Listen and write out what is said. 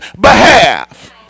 behalf